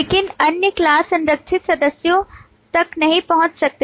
लेकिन अन्य class संरक्षित सदस्यों तक नहीं पहुंच सकते